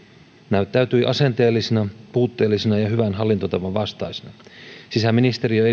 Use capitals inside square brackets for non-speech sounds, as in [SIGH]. näyttäytyi asenteellisena puutteellisena ja ja hyvän hallintotavan vastaisena sisäministeriö [UNINTELLIGIBLE]